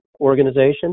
organization